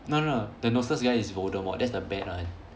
no no the noseless guy is voldemort that's the bad one